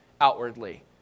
outwardly